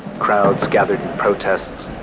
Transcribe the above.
crowds gathered in protests,